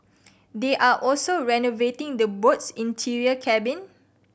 they are also renovating the boat's interior cabin